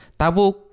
tabuk